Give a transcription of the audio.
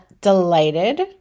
delighted